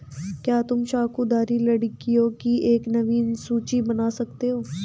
क्या तुम शंकुधारी लकड़ियों की एक नवीन सूची बना सकते हो?